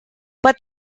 but